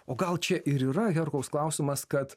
o gal čia ir yra herkaus klausimas kad